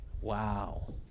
Wow